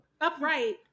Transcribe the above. upright